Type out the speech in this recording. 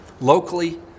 Locally